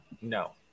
no